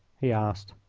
he asked.